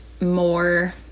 more